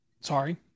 Sorry